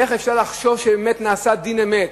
איך אפשר לחשוב שבאמת נעשה דין אמת?